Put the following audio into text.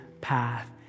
path